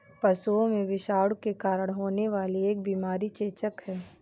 पशुओं में विषाणु के कारण होने वाली एक बीमारी चेचक है